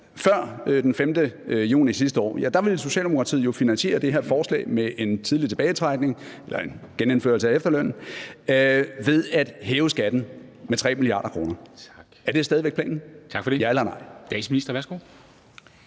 den 5. juni sidste år ville Socialdemokratiet jo finansiere det her forslag om en tidlig tilbagetrækning – eller en genindførelse af efterlønnen – ved at hæve skatten med 3 mia. kr. Er det stadig væk planen – ja eller nej?